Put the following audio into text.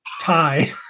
tie